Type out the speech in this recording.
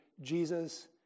Jesus